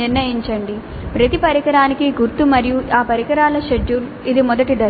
నిర్ణయించండి ప్రతి పరికరానికి గుర్తు మరియు ఈ పరికరాల షెడ్యూల్ ఇది మొదటి దశ